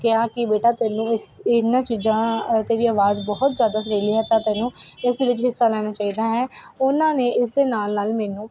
ਕਿਹਾ ਕਿ ਬੇਟਾ ਤੈਨੂੰ ਇਸ ਇਹਨਾਂ ਚੀਜ਼ਾਂ ਤੇਰੀ ਆਵਾਜ਼ ਬਹੁਤ ਜ਼ਿਆਦਾ ਸੁਰੀਲੀ ਆ ਤਾਂ ਤੈਨੂੰ ਇਸ ਦੇ ਵਿੱਚ ਹਿੱਸਾ ਲੈਣਾ ਚਾਹੀਦਾ ਹੈ ਉਹਨਾਂ ਨੇ ਇਸ ਦੇ ਨਾਲ ਨਾਲ ਮੈਨੂੰ